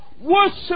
Worship